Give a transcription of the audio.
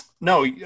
no